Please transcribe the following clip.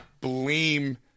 blame